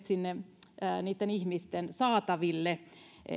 sinne niitten ihmisten saataville